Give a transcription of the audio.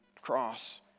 cross